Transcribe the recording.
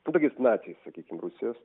nu tokiais naciais sakykim rusijos